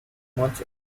much